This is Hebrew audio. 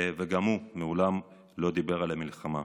גם הוא מעולם לא דיבר על המלחמה.